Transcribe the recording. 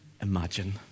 imagine